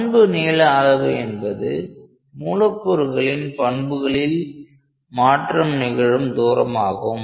பண்பு நீள அளவு என்பது மூலக்கூறுகளின் பண்புகளில் மாற்றம் நிகழும் தூரம் ஆகும்